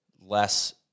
less